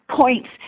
points